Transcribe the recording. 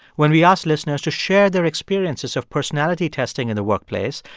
when we asked listeners to share their experiences of personality testing in the workplace,